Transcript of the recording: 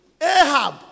Ahab